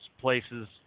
places